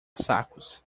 sacos